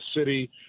city